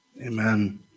Amen